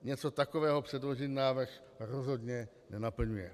Něco takového předložený návrh rozhodně nenaplňuje.